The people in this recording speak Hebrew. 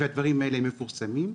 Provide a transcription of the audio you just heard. והדברים האלה מפורסמים,